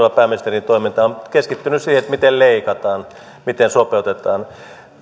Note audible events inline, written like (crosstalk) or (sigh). (unintelligible) ja pääministerin toiminta on keskittynyt siihen miten leikataan miten sopeutetaan